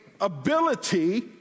ability